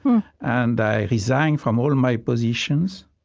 and i resigned from all my positions,